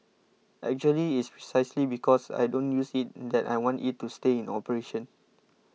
actually it's precisely because I don't use it that I want it to stay in operation